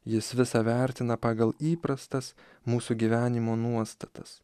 jis visa vertina pagal įprastas mūsų gyvenimo nuostatas